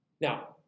Now